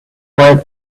while